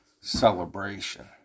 celebration